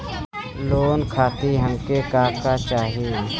Loan खातीर हमके का का चाही?